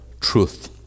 truth